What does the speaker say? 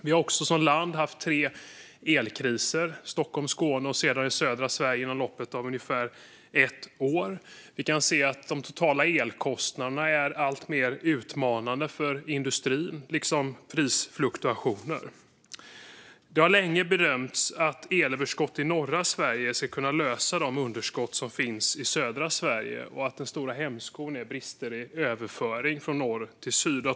Vi har som land haft tre elkriser, i Stockholm, i Skåne och i södra Sverige, inom loppet av ungefär ett år. De totala elkostnaderna är alltmer utmanande för industrin, liksom prisfluktuationer. Det har länge bedömts att elöverskott i norra Sverige ska kunna lösa de underskott som finns i södra Sverige och att den stora hämskon är brister i överföring från norr till söder.